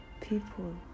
People